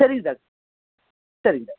சரிங்க டாக் சரிங்க